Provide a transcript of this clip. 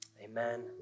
Amen